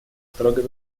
строгое